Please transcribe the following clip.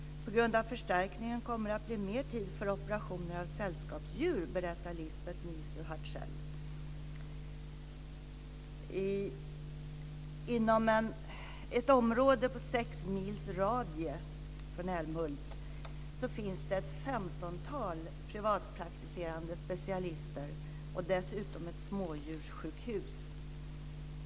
På grund av förstärkningen kommer det att bli mer tid för operationer av sällskapsdjur, berättar Lisbeth Nisu Inom ett område med sex mils radie från Älmhult finns det ett femtontal privatpraktiserande specialister och dessutom ett smådjurssjukhus.